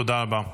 תודה רבה.